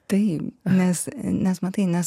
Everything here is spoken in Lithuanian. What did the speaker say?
taip nes nes matai nes